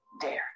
dare